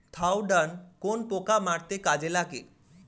Thiodan কোন পোকা মারতে কাজে লাগে?